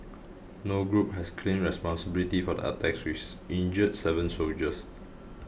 no group has claimed responsibility for the attacks which injured seven soldiers